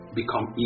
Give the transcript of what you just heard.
become